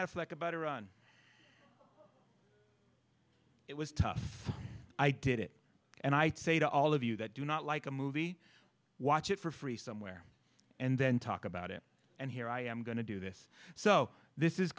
affleck about iran it was tough i did it and i say to all of you that do not like a movie watch it for free somewhere and then talk about it and here i am going to do this so this is